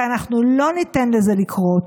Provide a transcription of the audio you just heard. ואנחנו לא ניתן לזה לקרות.